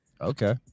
Okay